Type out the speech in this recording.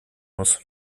muss